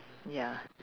ya